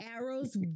arrows